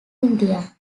india